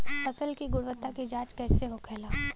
फसल की गुणवत्ता की जांच कैसे होखेला?